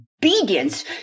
obedience